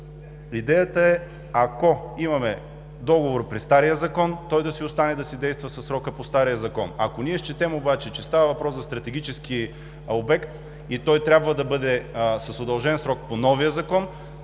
Идеята е, ако имаме договор при стария Закон, той да действа със срока по стария Закон. Ако ние счетем обаче, че става въпрос за стратегически обект и той трябва да бъде с удължен срок по новия Закон,